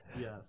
Yes